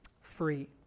free